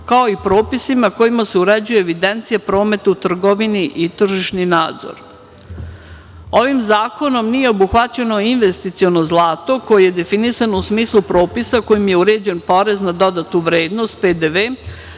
kao i propisima kojima se uređuje evidencija prometa u trgovini i tržišni nadzor. Ovim zakonom nije obuhvaćeno investiciono zlato koje je definisano u smislu propisa kojim je uređen porez na dodatu vrednost, PDV,